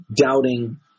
doubting